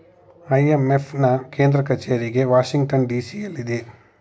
IMF ನಾ ಕೇಂದ್ರ ಕಚೇರಿಗೆ ವಾಷಿಂಗ್ಟನ್ ಡಿ.ಸಿ ಎಲ್ಲಿದೆ